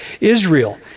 Israel